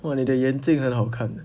!wah! 你的眼镜很好看